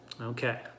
Okay